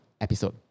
episode